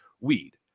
weed